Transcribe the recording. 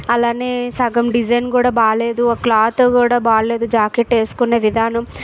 అలాగే సగం డిజైన్ కూడా బాగలేదు ఆ క్లాత్ కూడా బాగలేదు జాకెట్ వేసుకునే విధానం